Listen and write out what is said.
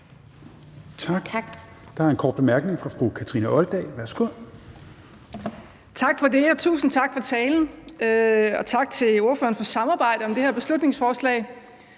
Tak. Der er en kort bemærkning fra fru Kathrine Olldag. Værsgo. Kl. 16:04 Kathrine Olldag (RV): Tak for det, og tusind tak for talen. Tak til ordføreren for samarbejdet om det her beslutningsforslag.